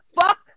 Fuck